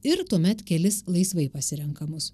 ir tuomet kelis laisvai pasirenkamus